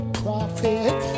prophet